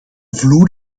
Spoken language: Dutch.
vloer